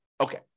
Okay